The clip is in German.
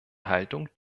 haltung